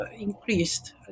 increased